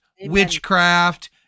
witchcraft